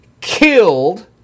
killed